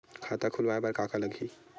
खाता खुलवाय बर का का लगही?